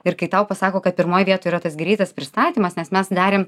ir kai tau pasako kad pirmoj vietoj yra tas greitas pristatymas nes mes darėm